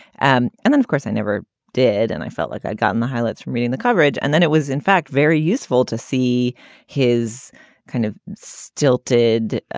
and and then, of course, i never did. and i felt like i'd gotten the highlights from reading the coverage. and then it was, in fact, very useful to see his kind of stilted. ah